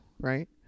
right